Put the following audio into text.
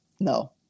No